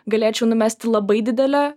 galėčiau numesti labai didelę